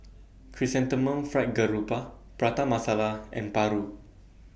Chrysanthemum Fried Garoupa Prata Masala and Paru